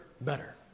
better